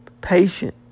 patient